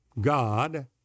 God